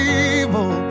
evil